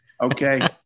okay